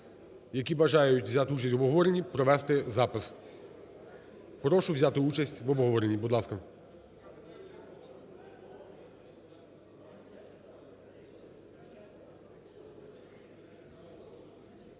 які бажають взяти участь в обговоренні, провести запис. Прошу взяти участь в обговоренні. Будь ласка.